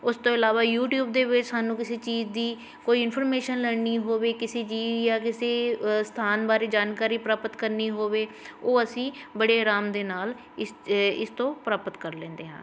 ਉਸ ਤੋਂ ਇਲਾਵਾ ਯੂਟਿਊਬ ਦੇ ਵਿੱਚ ਸਾਨੂੰ ਕਿਸੀ ਚੀਜ਼ ਦੀ ਕੋਈ ਇਨਫੋਰਮੇਸ਼ਨ ਲੈਣੀ ਹੋਵੇ ਕਿਸੀ ਜੀਅ ਜਾਂ ਕਿਸੀ ਸਥਾਨ ਬਾਰੇ ਜਾਣਕਾਰੀ ਪ੍ਰਾਪਤ ਕਰਨੀ ਹੋਵੇ ਉਹ ਅਸੀਂ ਬੜੇ ਆਰਾਮ ਦੇ ਨਾਲ ਇਸ ਇਸ ਤੋਂ ਪ੍ਰਾਪਤ ਕਰ ਲੈਂਦੇ ਹਾਂ